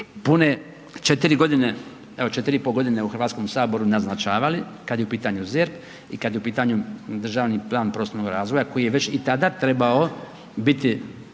pune 4 godine, evo 4 i pol godine u Hrvatskom saboru naznačavali kada je u pitanju ZERP i kada je u pitanju državni plan prostornog razvoja koji je već i tada trebao biti